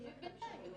אז מה עשינו בעצם,